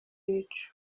ibicu